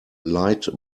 light